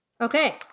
Okay